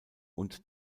und